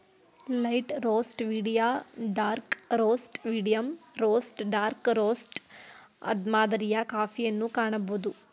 light roast, medium dark roast, medium roast dark roast ಮಾದರಿಯ ಕಾಫಿಯನ್ನು ಕಾಣಬೋದು